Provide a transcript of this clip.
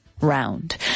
round